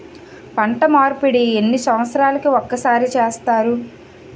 పంట మార్పిడి ఎన్ని సంవత్సరాలకి ఒక్కసారి చేస్తారు?